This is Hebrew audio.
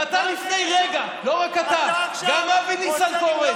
ואתה לפני רגע, לא רק אתה, גם אבי ניסנקורן.